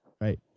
Right